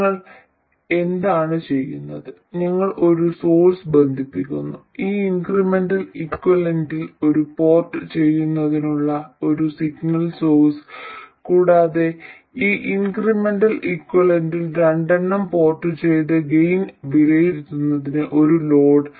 ഞങ്ങൾ എന്താണ് ചെയ്യുന്നത് ഞങ്ങൾ ഒരു സോഴ്സ് ബന്ധിപ്പിക്കുന്നു ഈ ഇൻക്രിമെന്റൽ ഇക്വലന്റിൽ ഒന്ന് പോർട്ട് ചെയ്യുന്നതിനുള്ള ഒരു സിഗ്നൽ സോഴ്സ് കൂടാതെ ഈ ഇൻക്രിമെന്റൽ ഇക്വലന്റിൽ രണ്ടെണ്ണം പോർട്ട് ചെയ്ത് ഗെയിൻ വിലയിരുത്തുന്നതിന് ഒരു ലോഡ്